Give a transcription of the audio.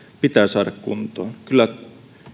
pitää saada kuntoon kyllä